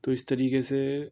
تو اس طریقے سے